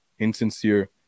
insincere